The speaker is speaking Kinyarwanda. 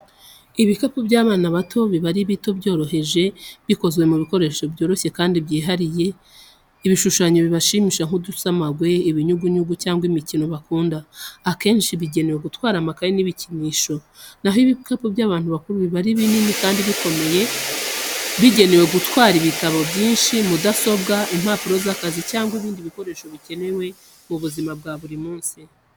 Ibikapu by’abana bato biba ari bito, byoroheje, bikozwe mu bikoresho byoroshye kandi byihariyeho ibishushanyo bibashimisha nk’udusamagwe, ibinyugunyugu cyangwa imikino bakunda. Akenshi bigenewe gutwara amakayi n’ibikinisho. Na ho ibikapu by’abantu bakuru biba ari binini kandi bikomeye, bigenewe gutwara ibitabo byinshi, mudasobwa, impapuro z’akazi cyangwa ibindi bikoresho bikenewe mu buzima bwa buri munsi.